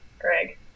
Greg